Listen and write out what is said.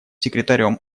секретарем